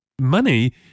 money